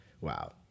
wow